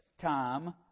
time